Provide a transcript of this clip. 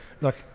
Look